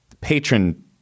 patron